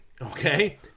Okay